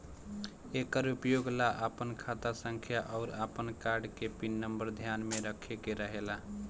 एकर उपयोग ला आपन खाता संख्या आउर आपन कार्ड के पिन नम्बर ध्यान में रखे के रहेला